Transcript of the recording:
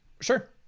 Sure